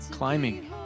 Climbing